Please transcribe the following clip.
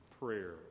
prayer